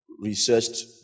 researched